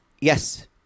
Yes